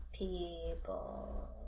People